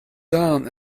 aunt